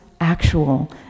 actual